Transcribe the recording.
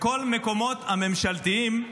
בכל המקומות הממשלתיים,